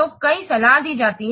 तो कई सलाह दी जाती है